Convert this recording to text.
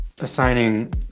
assigning